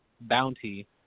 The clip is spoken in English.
bounty